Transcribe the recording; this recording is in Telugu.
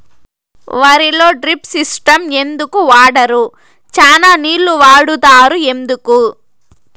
వరిలో డ్రిప్ సిస్టం ఎందుకు వాడరు? చానా నీళ్లు వాడుతారు ఎందుకు?